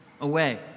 away